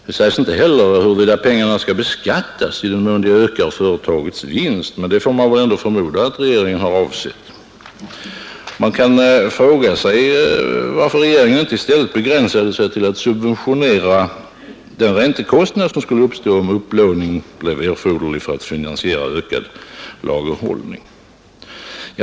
Det sägs heller inte huruvida pengarna skall beskattas i den mån de ökar företagets vinst, men det får man väl förmoda att regeringen avsett. Man kan fråga sig varför inte regeringen i stället begränsat sig till att subventionera den räntekostnad som skulle uppstå, om upplåning skulle bli erforderlig för att finansiera en ökad lagerhållning.